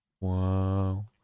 Wow